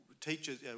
teachers